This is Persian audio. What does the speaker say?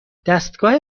دستگاه